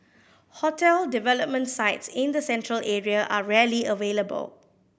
hotel development sites in the Central Area are rarely available